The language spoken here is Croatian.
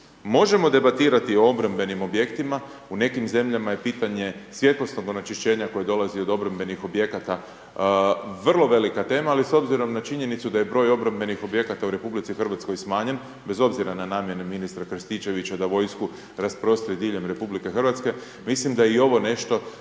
Možemo debatirati o obrambenim objektima, u nekim zemljama je pitanje svjetlosnog onečišćenja koje dolazi od obrambenih objekata vrlo velika tema ali s obzirom na činjenicu da j broj obrambenih objekata u RH smanjen bez obzira na namjene ministra Krstičevića da vojsku rasprostri diljem RH, mislim da je i ovo nešto